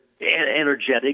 energetic